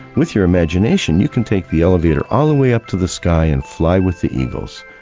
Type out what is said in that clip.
with your imagination you can take the elevator all the way up to the sky and fly with the eagles.